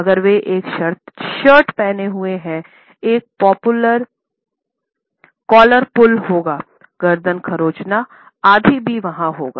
अगर वे एक शर्ट पहने हुए हैं एक कॉलर पुल होगा गर्दन खरोंचना आदि भी वहाँ होगा